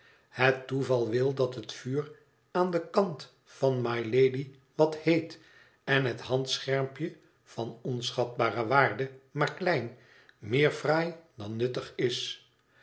het toeval wil dat het vuur aan den kant van mylady wat heet en het handschermpje van onschatbare waarde maar klein meer fraai dan nuttig is